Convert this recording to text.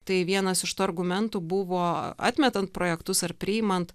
tai vienas iš tų argumentų buvo atmetant projektus ar priimant